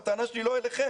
הטענה שלי היא לא אליכם,